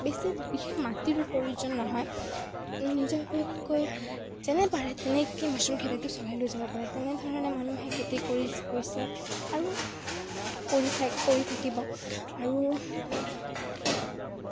বেছি বিশেষ মাটিৰো প্ৰয়োজন নহয় নিজাববীয়াকৈ যেনেকে পাৰে তেনেকেই মাছৰুম খেতিটো চলাই লৈ যাব পাৰে তেনেধৰণে মানুহে খেতি কৰি গৈছে আৰু কৰি থা কৰি থাকিব আৰু